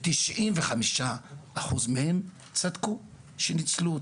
ותשעים וחמישה אחוז מהם צדקו שניצלו אותם.